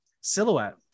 Silhouette